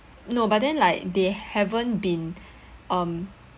no but then like they haven't been um